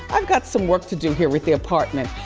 i've got some work to do here with the apartment.